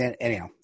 anyhow